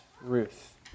Ruth